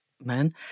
men